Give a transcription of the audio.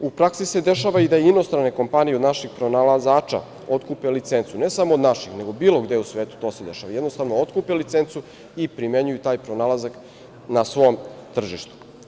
U praksi se dešava i da inostrane kompanije od naših pronalazača otkupe licencu, ne samo od naših, nego bilo gde u svetu to se dešava, jednostavno otkupe licencu i primenjuju taj pronalazak na svom tržištu.